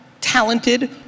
talented